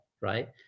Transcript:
right